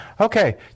Okay